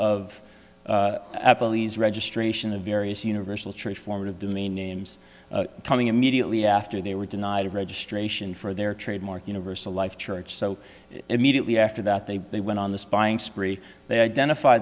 of applebee's registration of various universal transformative demain names coming immediately after they were denied registration for their trademark universal life church so immediately after that they they went on the spying spree they identif